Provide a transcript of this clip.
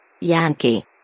Yankee